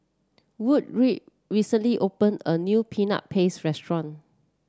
Woodroe recently opened a new Peanut Paste restaurant